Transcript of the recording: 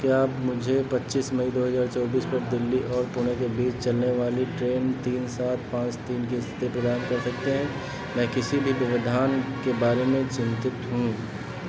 क्या आप मुझे पच्चीस मई दो हजार चौबीस पर दिल्ली और पुणे के बीच चलने वाली ट्रेन तीन सात पाँच तीन की स्थिति प्रदान कर सकते हैं मैं किसी भी व्यवधान के बारे में चिंतित हूँ